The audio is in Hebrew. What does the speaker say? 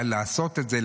לעשות את זה,